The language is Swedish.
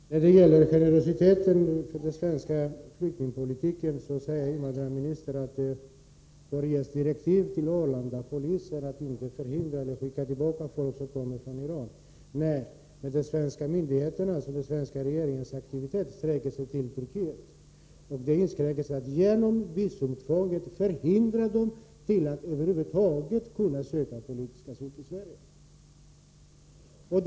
Herr talman! För att belysa generositeten när det gäller den svenska flyktingpolitiken säger invandrarministern att Arlandapolisen fått direktiv om att inte förhindra mottagandet av eller skicka tillbaka folk som kommer från Iran. Men de svenska myndigheternas och den svenska regeringens aktivitet sträcker sig till Turkiet. Genom visumtvånget förhindras iranska flyktingar att över huvud taget söka politisk asyl i Sverige.